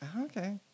Okay